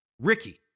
Ricky